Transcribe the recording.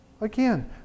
Again